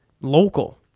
local